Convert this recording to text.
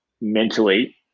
mentally